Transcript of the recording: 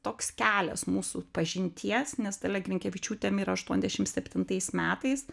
toks kelias mūsų pažinties nes dalia grinkevičiūtė mirė aštuoniasdešimt septintais metais